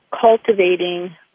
cultivating